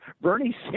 Bernie